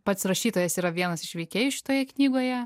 pats rašytojas yra vienas iš veikėjų šitoje knygoje